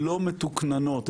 לא מתוקננות,